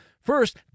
First